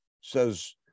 says